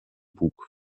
bug